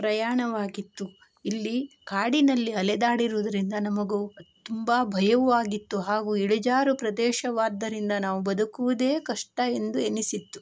ಪ್ರಯಾಣವಾಗಿತ್ತು ಇಲ್ಲಿ ಕಾಡಿನಲ್ಲಿ ಅಲೆದಾಡಿರೋದ್ರಿಂದ ನಮಗೂ ತುಂಬ ಭಯವೂ ಆಗಿತ್ತು ಹಾಗೂ ಇಳಿಜಾರು ಪ್ರದೇಶವಾದ್ದರಿಂದ ನಾವು ಬದುಕುವುದೇ ಕಷ್ಟ ಎಂದು ಎನಿಸಿತ್ತು